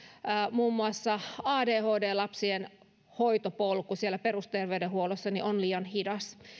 muun muassa adhd lapsien hoitopolku siellä perusterveydenhuollossa on liian hidas